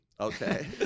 Okay